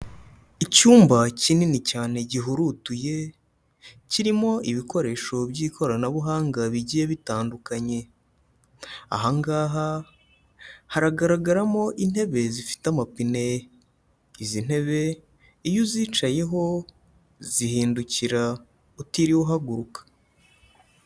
Icyumba kinini cyane gihurutuye kirimo ibikoresho by'ikoranabuhanga bigiye bitandukanye, aha ngaha haragaragaramo intebe zifite amapine, izi ntebe iyo uzicayeho zihindukira utiriwe uhaguruka.